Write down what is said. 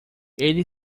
ele